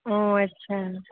অঁ আচ্ছা